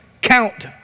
Count